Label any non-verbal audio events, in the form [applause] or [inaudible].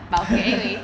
[laughs]